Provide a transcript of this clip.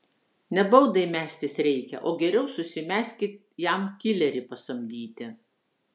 ne baudai mestis reikia o geriau susimeskit jam kilerį pasamdyti